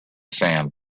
sand